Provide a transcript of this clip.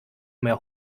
mehr